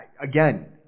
Again